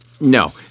no